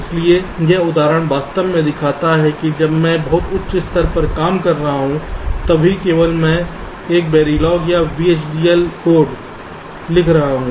इसलिए यह उदाहरण वास्तव में दिखाता है कि जब मैं बहुत उच्च स्तर पर काम कर रहा हूं तब भी मैं एक वेरिलॉग या वीएचडीएल कोड लिख रहा हूं